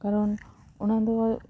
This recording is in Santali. ᱠᱟᱨᱚᱱ ᱚᱱᱟ ᱫᱚ